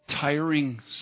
tiring